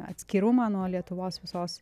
atskirumą nuo lietuvos visos